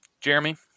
Jeremy